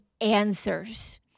answers